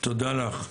תודה לך.